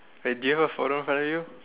wait do you have a photo in front of you